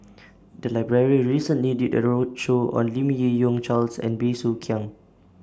The Library recently did A roadshow on Lim Yi Yong Charles and Bey Soo Khiang